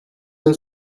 jen